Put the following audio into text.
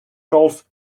golf